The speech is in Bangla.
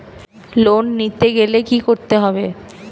লোন নিতে গেলে কি করতে হবে?